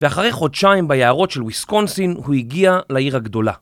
ואחרי חודשיים ביערות של וויסקונסין הוא הגיע לעיר הגדולה.